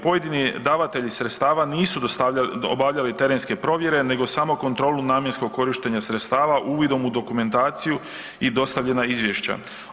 Pojedini davatelji sredstava nisu obavljali terenske provjere nego samo kontrolu namjenskog korištenja sredstava uvidom u dokumentaciju i dostavljena izvješća.